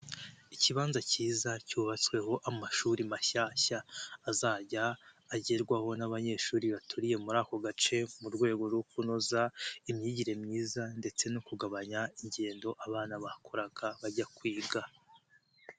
Ikibanza cyiza cyubatsweho amashuri mashyashya azajya agerwaho n'abanyeshuri baturiye muri ako gace, mu rwego rwo kunoza imyigire myiza, ndetse no kugabanya ingendo abana bakoraga bajya kwiga.